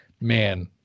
man